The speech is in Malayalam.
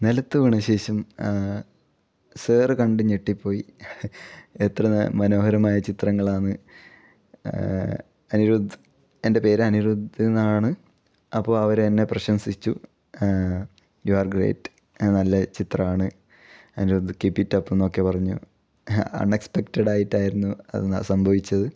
നിലത്ത് വീണ ശേഷം സാർ കണ്ട് ഞെട്ടിപ്പോയി എത്ര മാനോഹരമായ ചിത്രങ്ങളാണ് അനിരുദ്ധ് എൻ്റെ പേര് അനിരുദ്ധ് എന്നാണ് അപ്പോൾ അവർ എന്നെ പ്രശംസിച്ചു യു ആർ ഗ്രേറ്റ് നല്ല ചിത്രമാണ് അനിരുദ്ധ് കീപ്പ് ഇറ്റ് അപ്പെന്നൊക്കെ പറഞ്ഞു അൺഎക്സ്പെക്റ്റഡായിട്ടായിരുന്നു അത് സംഭവിച്ചത്